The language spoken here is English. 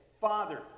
Father